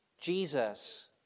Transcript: Jesus